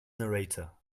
narrator